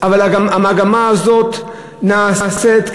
אבל המגמה הזאת נעשית,